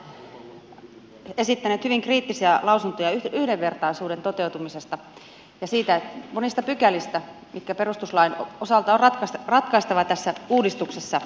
perustuslain asiantuntijat ovat esittäneet hyvin kriittisiä lausuntoja yhdenvertaisuuden toteutumisesta ja monista pykälistä mitkä perustuslain osalta on ratkaistava tässä uudistuksessa